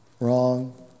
wrong